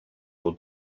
your